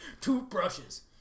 toothbrushes